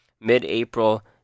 Mid-April